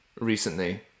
recently